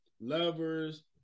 lovers